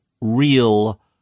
real